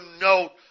note